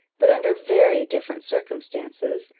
but under very different circumstances,